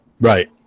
Right